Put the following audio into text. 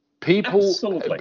people